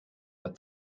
but